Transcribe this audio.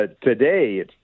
today